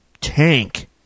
tank